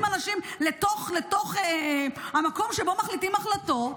אנשים לתוך המקום שבו מחליטים החלטות,